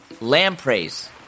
lampreys